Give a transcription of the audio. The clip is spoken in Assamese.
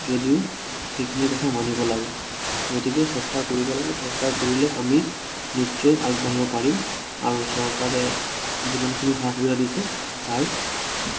যদিও সেইখিনি কথা মানিব লাগে গতিকে চেষ্টা কৰিব লাগে চেষ্টা কৰিলে আমি নিশ্চয় আগবাঢ়িব পাৰিম আৰু চৰকাৰে যিমানখিনি সা সুবিধা দিছে তাৰ